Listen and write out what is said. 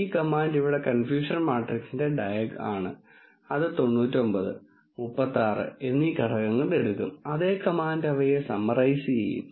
ഈ കമാൻഡ് ഇവിടെ കൺഫ്യൂഷൻ മാട്രിക്സിന്റെ ഡയഗ് ആണ് അത് 99 36 എന്നീ ഘടകങ്ങൾ എടുക്കും അതേ കമാൻഡ് അവയെ സമ്മറൈസ് ചെയ്യും